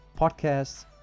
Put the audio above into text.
podcasts